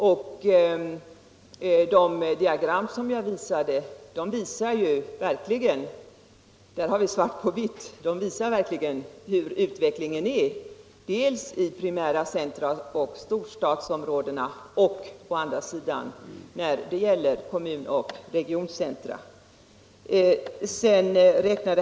Av de diagram som jag visade på bildskärmen framgår verkligen i svart på vitt utvecklingen dels i primära centra och i storstadsområdena, dels i kommun och regioncentra.